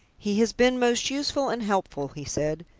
he has been most useful and helpful, he said.